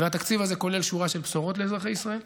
והתקציב הזה כולל שורה של בשורות לאזרחי ישראל,